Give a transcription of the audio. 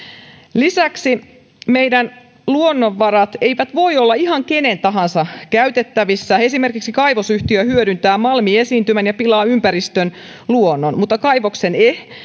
lisäksi meidän luonnonvarat eivät voi olla ihan kenen tahansa käytettävissä esimerkiksi kaivosyhtiö hyödyntää malmiesiintymän ja pilaa ympäristön luonnon mutta kaivoksen